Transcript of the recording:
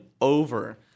over